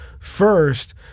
first